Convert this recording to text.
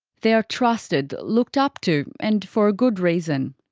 they are trusted, looked up to. and for a good reason.